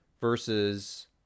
versus